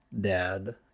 dad